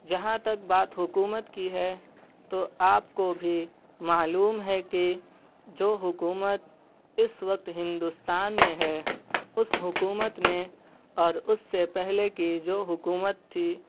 جہاں تک بات حکومت کی ہے تو آپ کو بھی معلوم ہے کہ جو حکومت اس وقت ہندوستان میں ہے اس حکومت نے اور اس سے پہلے کی جو حکومت تھی